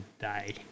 day